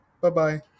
Bye-bye